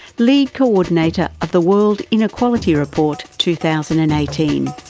lead coordinator of the world inequality report two thousand and eighteen.